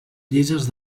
llises